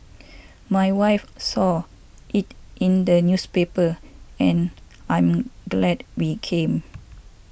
my wife saw it in the newspaper and I'm glad we came